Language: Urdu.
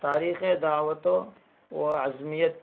تاریخ دعوت وعظمیت